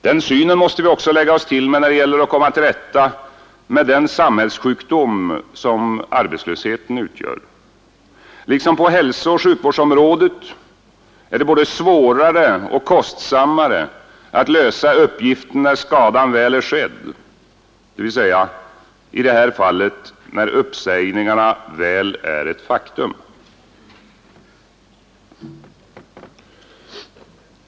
Den synen måste vi också lägga oss till med när det gäller att komma till rätta med den samhällssjukdom som arbetslösheten utgör. Liksom på hälsooch sjukvårdsområdet är det både svårare och kostsammare att lösa uppgiften när skadan väl är skedd, dvs. i det här fallet när uppsägningarna väl är ett faktum.